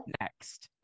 next